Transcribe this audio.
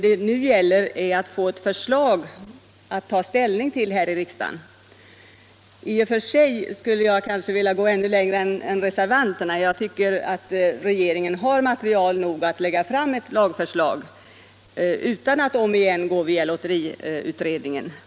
Det gäller nu att få ett förslag att ta ställning till här i riksdagen. I och för sig skulle jag vilja gå ännu längre än reservanterna. Jag tycker regeringen har material nog att lägga fram ett lagförslag utan att omigen gå via lotteriutredningen.